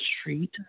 street